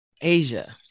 Asia